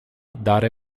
dare